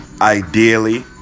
Ideally